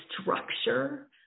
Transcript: structure